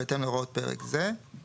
בהתאם להוראות פרק זה";